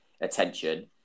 attention